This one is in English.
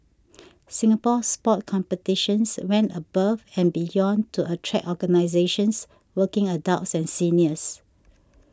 Singapore Sport Competitions went above and beyond to attract organisations working adults and seniors